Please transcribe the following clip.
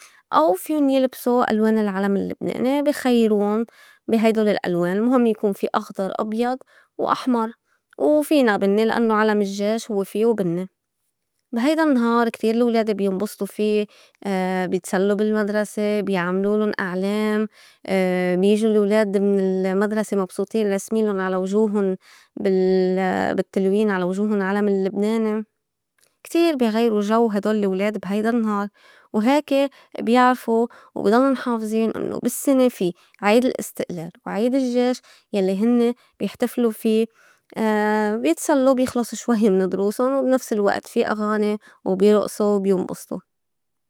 أو فيُن يلبسوا ألوان العلم اللّبناني بي خيرون بي هيدول الألوان المُهم يكون في أخضر، أبيض، وأحمر، وفينا بنّي لأنوا علم الجّيش هوّ فيو بنّي. بي هيدا النهار كتير الولاد بينبسطو في، بيتسلّو بالمدرسة، بيعملولُن أعلام، بيجو الولاد من المدرسة مبسوطين راسمين لُن على وجوهُن بال- بالتّلوين على وجوهُن العلم اللّبناني. كتير بي غيروا جو هيدول الولاد بي هيدا النهار وهيكي بيعرفو وبي ضللن حافظين إنّو بالسّنة في عيد الاستقلال وعيد الجّيش يلّي هنّي بيحتفلو في بيتسلّو بيخلصو شوي من دروسٌ وبنفس الوقت في أغاني وبيرقصه وبيمبسطو.